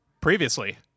previously